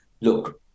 Look